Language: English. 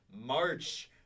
March